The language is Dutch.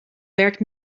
werkt